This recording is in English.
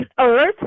Earth